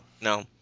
no